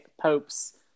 popes